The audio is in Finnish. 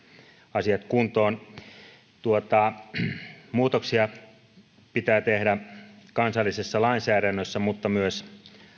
asiat kuntoon muutoksia pitää tehdä kansallisessa lainsäädännössä mutta myös